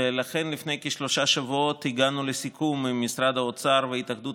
ולכן לפני כשלושה שבועות הגענו לסיכום עם משרד האוצר והתאחדות